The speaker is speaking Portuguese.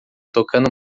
tocando